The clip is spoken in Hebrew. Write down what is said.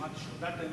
שמעתי שהודעתם